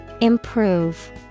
Improve